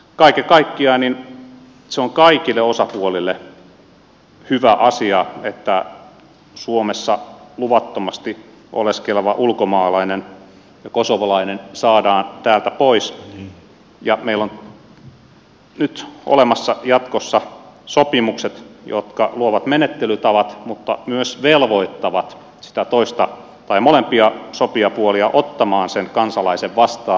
kaiken kaikkiaan se on kaikille osapuolille hyvä asia että suomessa luvattomasti oleskeleva ulkomaalainen ja kosovolainen saadaan täältä pois ja meillä on nyt olemassa jatkossa sopimukset jotka luovat menettelytavat mutta myös velvoittavat sitä toista sopijapuolta ottamaan sen kansalaisen vastaan